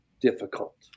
difficult